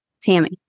Tammy